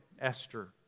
Esther